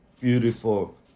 beautiful